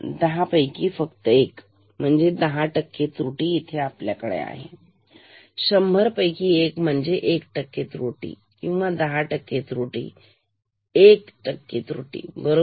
दहा पैकी फक्त एक म्हणजे 10 टक्के त्रुटी इथे आपल्याकडे आहे शंभर पैकी एक म्हणजे एक टक्के त्रुटी किंवा दहा टक्के त्रुटी एक टक्के त्रुटी बरोबर